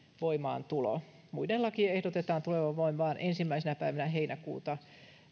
voimaantulo muiden lakien ehdotetaan tulevan voimaan ensimmäisenä päivänä heinäkuuta